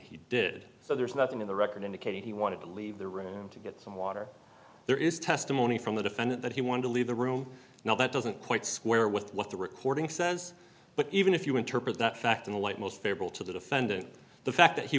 he did so there's nothing in the record indicating he wanted to leave the room to get some water there is testimony from the defendant that he wanted to leave the room now that doesn't quite square with what the recording says but even if you interpret that fact in the light most favorable to the defendant the fact that he